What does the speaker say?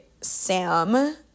Sam